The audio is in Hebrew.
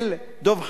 דב חנין,